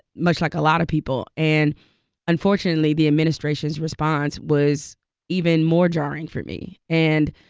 much like a lot of people. and unfortunately, the administration's response was even more jarring for me. and,